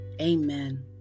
amen